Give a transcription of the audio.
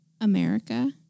America